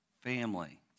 family